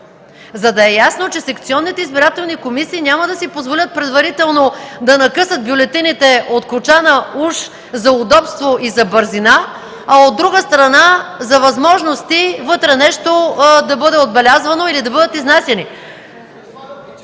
за да е ясно, че секционните избирателни комисии няма да си позволят предварително да накъсат бюлетините от кочана, уж за удобство и бързина, а от друга страна, за възможности вътре да бъде отбелязвано нещо или да бъдат изнасяни.